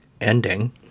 ending